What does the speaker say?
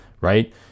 right